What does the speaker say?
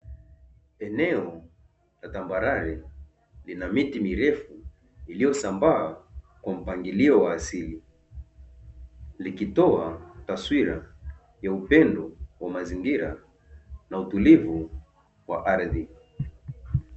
Eneo la tambarare lina miti mirefu, iliyosambaa kwa mpangilio wa asili likitoa taswira ya upendo wa mazingira na utulivu wa ardhi.